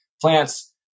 plants